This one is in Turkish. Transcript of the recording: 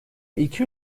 iki